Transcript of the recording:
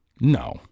No